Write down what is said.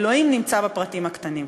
אלוהים נמצא בפרטים הקטנים,